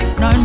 no